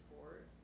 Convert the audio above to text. sport